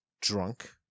drunk